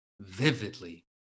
vividly